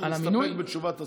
או נסתפק בתשובת השר?